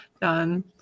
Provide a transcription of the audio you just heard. Done